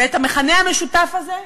ואת המכנה המשותף הזה,